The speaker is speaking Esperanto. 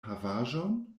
havaĵon